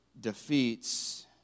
defeats